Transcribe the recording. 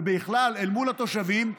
ובכלל אל מול התושבים,